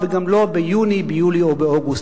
התשועה, וגם לא ביוני, ביולי או באוגוסט.